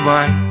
one